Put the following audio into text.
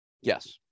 yes